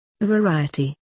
variety